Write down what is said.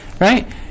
right